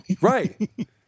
right